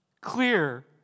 clear